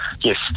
yes